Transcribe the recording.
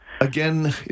Again